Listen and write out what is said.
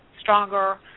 stronger